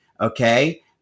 okay